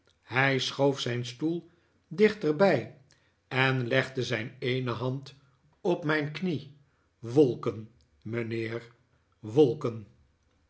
hij schoof zijn stoel dichterbij en legde zijn eene hand op mijn knie wolken mijnheer wolken